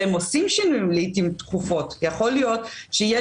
והם עושים שינויים לעיתים תכפות יכול להיות שיהיה